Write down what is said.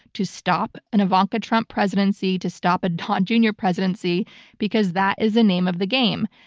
to stop an ivanka trump presidency, to stop a don junior presidency because that is the name of the game.